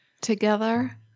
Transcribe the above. Together